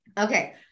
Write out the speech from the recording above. okay